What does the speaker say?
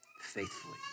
faithfully